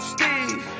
Steve